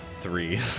Three